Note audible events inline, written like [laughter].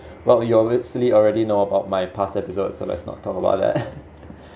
well you obviously already know about my past episodes so let's not talk about that [laughs]